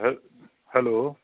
हँ हेलो